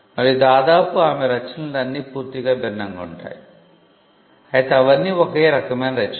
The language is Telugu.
మరియు దాదాపు ఆమె రచనలు అన్ని పూర్తిగా భిన్నంగా ఉంటాయి అయితే అవన్నీ ఒకే రకమైన రచనలు